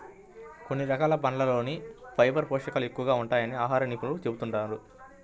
కొన్ని రకాల పండ్లల్లోనే ఫైబర్ పోషకాలు ఎక్కువగా ఉంటాయని ఆహార నిపుణులు చెబుతున్నారు